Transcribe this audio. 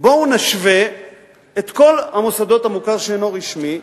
בואו נשווה את כל המוסדות של המוכר שאינו רשמי,